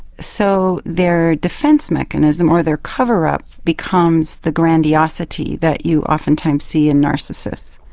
so their defence mechanism or their cover-up becomes the grandiosity that you oftentimes see in narcissists.